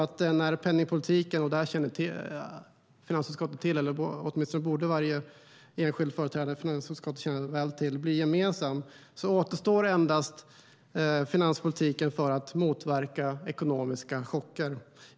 När penningpolitiken - detta känner finansutskottet till, eller åtminstone borde varje enskild företrädare i finansutskottet känna väl till det - blir gemensam, då återstår endast finanspolitiken för att motverka ekonomiska chocker.